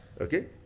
Okay